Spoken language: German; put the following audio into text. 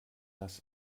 das